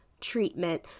treatment